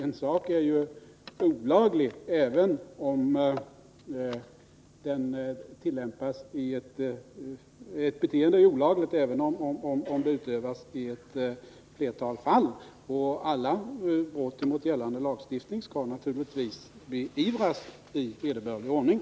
Ett olagligt beteende är olagligt även om det tillämpas i ett flertal fall, och alla brott mot gällande lagstiftning skall naturligtvis beivras i vederbörlig ordning.